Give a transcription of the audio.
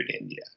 India